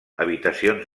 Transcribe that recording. habitacions